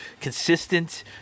consistent